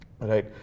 right